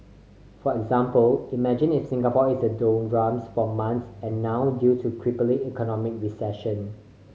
for example imagine if Singapore is a doldrums for months and now due to crippling economic recession